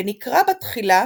ונקרא בתחילה